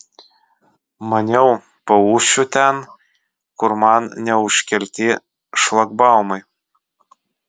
maniau paūšiu ten kur man neužkelti šlagbaumai